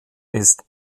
ist